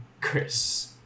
Chris